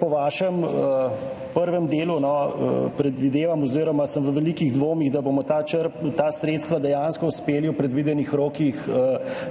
Po vašem prvem delu sem v velikih dvomih, da bomo ta sredstva dejansko uspeli v predvidenih rokih